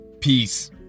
peace